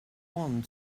one